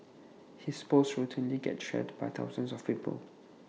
his posts routinely get shared by thousands of people